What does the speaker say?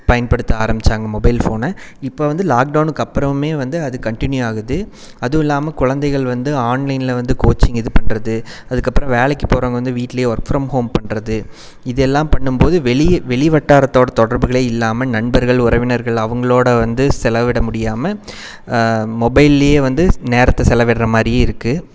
பயன்படுத்த ஆரம்பித்தாங்க மொபைல் ஃபோனை இப்போ வந்து லாக்டவுனுக்கு அப்புறமுமே வந்து அது கன்டினியூ ஆகுது அதில்லாம குழந்தைகள் வந்து ஆன்லைனில் வந்து கோச்சிங் இது பண்ணுறது அதுக்கப்புறோம் வேலைக்கு போகிறவங்க வந்து வீட்டில் ஒர்க் ஃப்ரம் ஹோம் பண்ணுறது இது எல்லாம் பண்ணும்போது வெளி வெளி வட்டாரத்தோடய தொடர்புகளே இல்லாமல் நண்பர்கள் உறவினர்கள் அவங்களோட வந்து செலவிட முடியாமல் மொபைல்லையே வந்து நேரத்தை செலவிடற மாதிரியும் இருக்குது